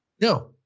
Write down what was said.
No